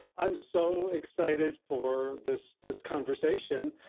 i'm so excited for this this conversation.